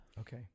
Okay